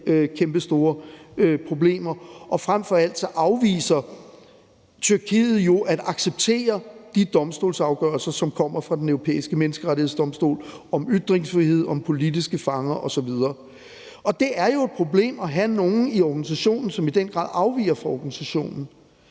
kæmpestore problemer. Frem for alt afviser Tyrkiet jo at acceptere de domstolsafgørelser, som kommer fra Den Europæiske Menneskerettighedsdomstol, om ytringsfrihed, om politiske fanger osv. Og det er jo et problem at have nogen i organisationen, som i den grad afviger fra organisationen.